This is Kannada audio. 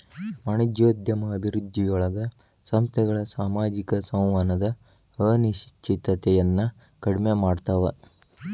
ವಾಣಿಜ್ಯೋದ್ಯಮ ಅಭಿವೃದ್ಧಿಯೊಳಗ ಸಂಸ್ಥೆಗಳ ಸಾಮಾಜಿಕ ಸಂವಹನದ ಅನಿಶ್ಚಿತತೆಯನ್ನ ಕಡಿಮೆ ಮಾಡ್ತವಾ